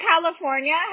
California